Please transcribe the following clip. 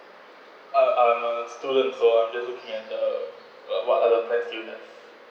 uh I'm a student so I'm just looking at the what what are the plans do you have